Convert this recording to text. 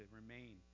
remain